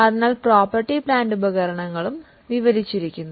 അതിനാൽ പ്രോപ്പർട്ടി പ്ലാന്റും ഉപകരണങ്ങളും വിവരിച്ചിരിക്കുന്നു